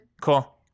Cool